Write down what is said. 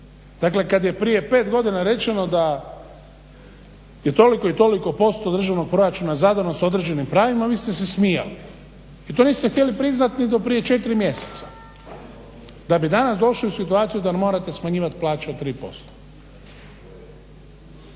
Dakle kada je prije pet godina rečeno da je toliko i toliko posto državnog proračuna zadano s određenim pravima vi ste se smijali i to niste htjeli priznati ni do prije 4 mjeseca, da bi danas došli u situaciju da morate smanjivati plaću od 3%.